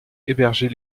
héberger